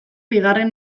bigarren